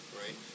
right